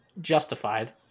justified